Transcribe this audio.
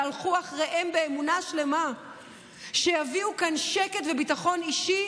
הלכו אחריהם באמונה שלמה שיביאו כאן שקט וביטחון אישי.